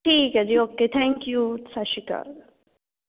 ਠੀਕ ਹੈ ਜੀ ਓਕੇ ਥੈਂਕ ਯੂ ਸਤਿ ਸ਼੍ਰੀ ਅਕਾਲ